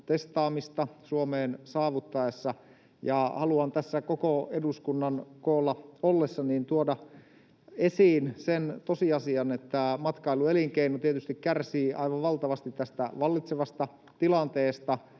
ennakkotestaamista Suomeen saavuttaessa. Ja haluan tässä koko eduskunnan koolla ollessa tuoda esiin sen tosiasian, että matkailuelinkeino tietysti kärsii aivan valtavasti tästä vallitsevasta tilanteesta,